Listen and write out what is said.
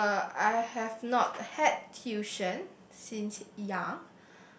uh I have not had tuition since young